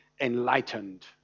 enlightened